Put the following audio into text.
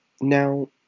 Now